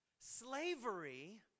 slavery